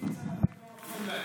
אדוני היושב-ראש,